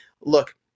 Look